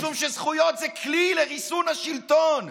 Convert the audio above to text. משום שזכויות זה כלי לריסון השלטון.